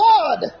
God